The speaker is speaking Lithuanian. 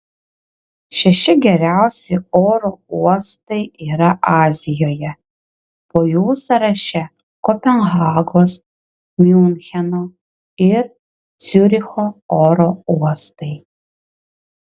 šeši geriausi oro uostai yra azijoje po jų sąraše kopenhagos miuncheno ir ciuricho oro uostai